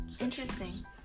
interesting